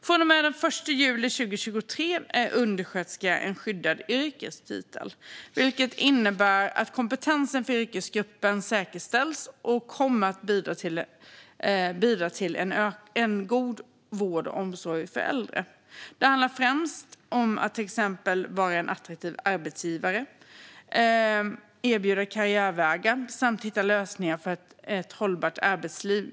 Från och med den 1 juli 2023 är undersköterska en skyddad yrkestitel, vilket innebär att kompetensen för yrkesgruppen säkerställs. Detta kommer att bidra till en god vård och omsorg av äldre. Det handlar främst om att till exempel vara en attraktiv arbetsgivare, att erbjuda karriärvägar samt att hitta lösningar för ett hållbart arbetsliv.